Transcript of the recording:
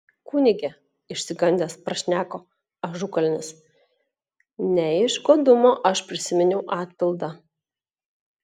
kunige išsigandęs prašneko ažukalnis ne iš godumo aš prisiminiau atpildą